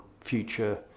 future